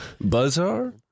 Bazaar